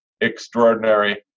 extraordinary